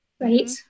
Right